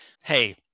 hey